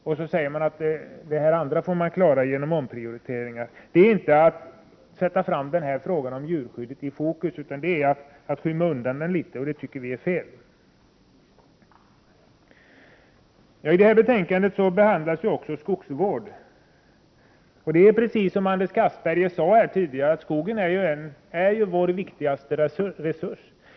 och säger att de andra uppgifterna får klaras genom omprioriteringar. Det är inte att sätta frågan om djurskyddet i fokus utan tvärtom att skymma den litet, och det tycker vi är fel. I detta betänkande behandlas också skogsvården. Skogen är, precis som Anders Castberger sade här tidigare, vår viktigaste resurs.